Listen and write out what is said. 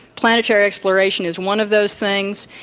planetary exploration is one of those things,